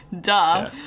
Duh